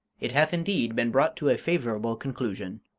it hath indeed been brought to a favourable conclusion,